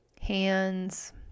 hands